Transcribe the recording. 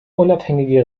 unabhängige